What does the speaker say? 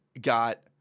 got